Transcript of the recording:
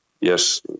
yes